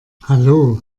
hallo